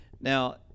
now